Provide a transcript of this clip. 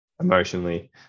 emotionally